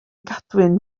gadwyn